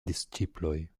disĉiploj